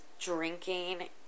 drinking